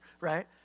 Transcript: right